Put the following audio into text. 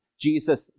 Jesus